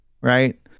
Right